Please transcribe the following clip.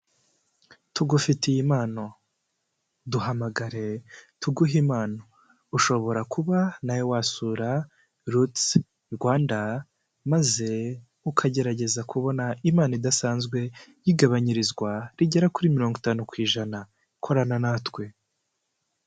Tugufitiye impano duhamagare tuguhe impano. Ushobora kuba nawe wasura ruti Rwanda maze ukagerageza kubona impano idasanzwe y'igabanyirizwa rigera kuri mirongo itanu ku ijana, korana natwe.